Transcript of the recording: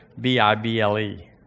B-I-B-L-E